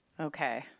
okay